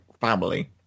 family